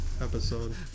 episode